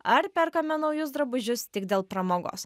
ar perkame naujus drabužius tik dėl pramogos